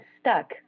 stuck